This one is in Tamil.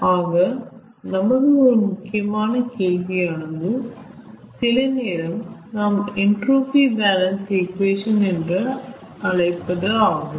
ஆக நமது ஒரு முக்கியமான கேள்வி ஆனது சிலநேரம் நாம் என்ட்ரோபி பாலன்ஸ் ஈகுவேஷன் என்ற அழைப்பது ஆகும்